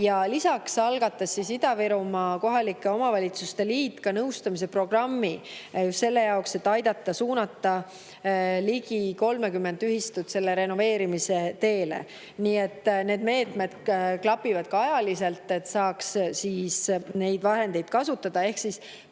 Lisaks algatas Ida-Virumaa Omavalitsuste Liit nõustamisprogrammi just selle jaoks, et aidata suunata ligi 30 ühistut renoveerimise teele. Need meetmed klapivad ka ajaliselt, et saaks neid vahendeid kasutada. Ehk siis